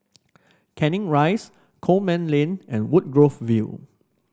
Canning Rise Coleman Lane and Woodgrove View